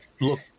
look